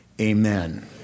amen